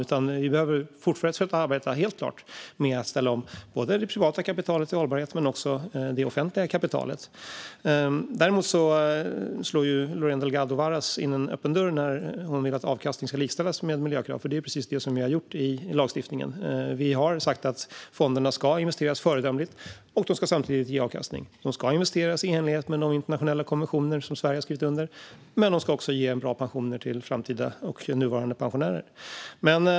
Vi behöver helt klart fortsätta arbeta med att ställa om både det privata och det offentliga kapitalet till hållbarhet. Däremot slår Lorena Delgado Varas in en öppen dörr när hon vill att avkastning ska likställas med miljökrav. Det är precis det vi har gjort i lagstiftningen. Vi har sagt att fonderna ska investeras föredömligt och samtidigt ge avkastning. De ska investeras i enlighet med de internationella konventioner som Sverige har skrivit under men också ge bra pensioner till framtida och nuvarande pensionärer.